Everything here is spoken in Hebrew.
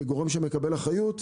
כגורם שמקבל אחריות,